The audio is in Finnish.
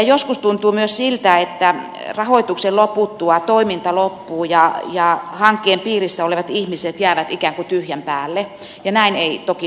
joskus tuntuu myös siltä että rahoituksen loputtua toiminta loppuu ja hankkeen piirissä olevat ihmiset jäävät ikään kuin tyhjän päälle ja näin ei toki saisi käydä